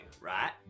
right